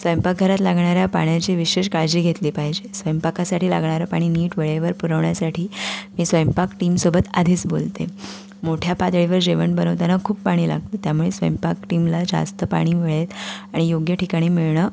स्वयंपाकघरात लागणाऱ्या पाण्याची विशेष काळजी घेतली पाहिजे स्वयंपाकासाठी लागणारं पाणी नीट वेळेवर पुरवण्यासाठी मी स्वयंपाक टीमसोबत आधीच बोलते मोठ्या पातळीवर जेवण बनवताना खूप पाणी लागतं त्यामुळे स्वयंपाक टीमला जास्त पाणी मिळेल आणि योग्य ठिकाणी मिळणं